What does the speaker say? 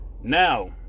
Now